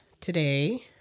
today